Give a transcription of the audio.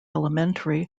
elementary